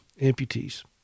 amputees